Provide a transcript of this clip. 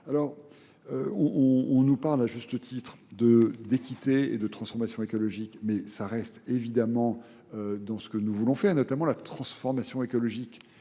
Alors, on nous parle à juste titre d'équité et de transformation écologique, mais ça reste évidemment dans ce que nous voulons faire, notamment la transformation écologique.